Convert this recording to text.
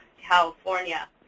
California